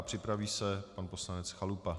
Připraví se pan poslanec Chalupa.